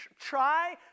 try